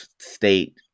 state